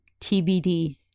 TBD